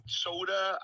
soda